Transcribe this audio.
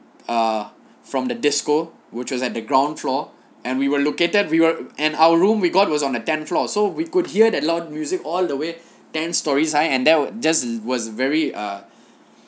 ah from the disco which was at the ground floor and we were located we were and our room we got was on the tenth floor so we could hear that loud music all the way ten storey high and that were just was very ah